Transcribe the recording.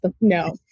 No